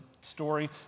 story